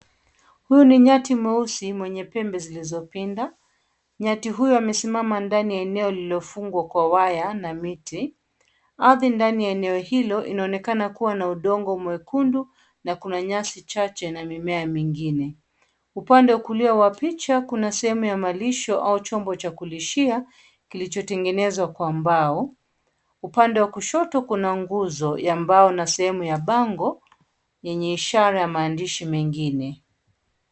Huyu ni nyati mweusi mwenye pembe zilizopinda. Nyati huyu amesimama ndani ya eneo lililofungwa kwa waya na miti. Ardhi ndani ya eneo hilo inaonekana kuwa na udongo mwekundu na kuna nyasi chache na mimea mingine. Upande wa kulia wa picha, kuna sehemu ya malisho au chombo cha kulishia kilichotenegenezwa kwa mbao. Upande wa kushoto, kuna nguzo ya mbao na sehemu ya bango yenye ishara ya maandishi mengine.